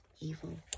evil